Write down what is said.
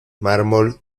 mármol